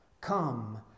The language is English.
Come